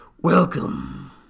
Welcome